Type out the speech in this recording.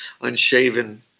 unshaven